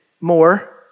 more